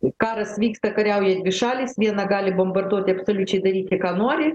karas vyksta kariauja dvi šalys viena gali bombarduoti absoliučiai daryti ką nori